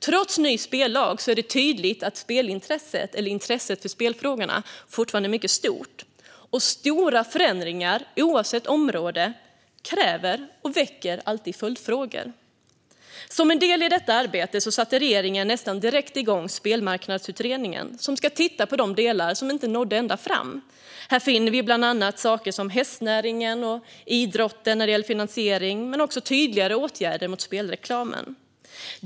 Trots ny spellag är det tydligt att spelintresset eller intresset för spelfrågorna fortfarande är mycket stort, och stora förändringar, oavsett område, kräver och väcker alltid följdfrågor. Som en del i detta arbete satte regeringen nästan direkt igång Spelmarknadsutredningen, som ska titta på de delar som inte nådde ända fram. Här finner vi bland annat saker som hästnäringens och idrottens finansiering liksom tydligare åtgärder mot spelreklam.